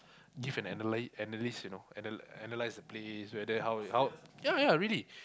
give an analyse analyse you know ana~ analyse the place you know whether ya ya really